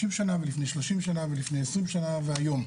שנה ולפני 30 שנה ולפני 20 שנה והיום.